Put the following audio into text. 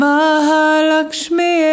Mahalakshmi